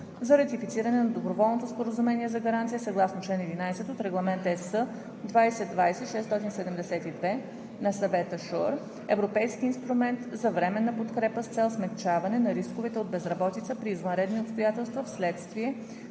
за ратифициране на Доброволното споразумение за гаранция съгласно чл. 11 от Регламент (ЕС) 2020/672 на Съвета SURE – Европейски инструмент за временна подкрепа с цел смекчаване на рисковете от безработица при извънредни обстоятелства вследствие